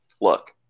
Look